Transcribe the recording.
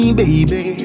baby